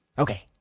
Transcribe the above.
Okay